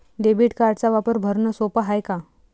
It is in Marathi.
डेबिट कार्डचा वापर भरनं सोप हाय का?